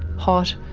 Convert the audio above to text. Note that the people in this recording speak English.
hot,